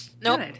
Nope